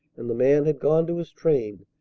and the man had gone to his train,